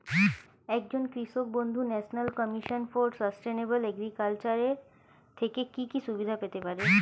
একজন কৃষক বন্ধু National Commission for Sustainable Agriculture এর থেকে কি কি সুবিধা পেতে পারে?